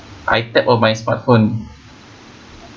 I tap on my smartphone